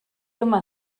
yma